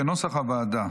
כנוסח הוועדה.